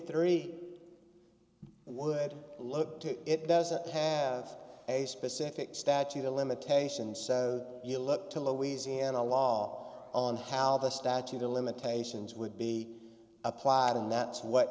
three would look to it doesn't have a specific statute of limitations so you look to louisiana law on how the statute of limitations would be applied